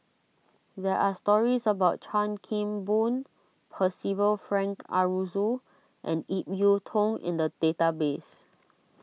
there are stories about Chan Kim Boon Percival Frank Aroozoo and Ip Yiu Tung in the database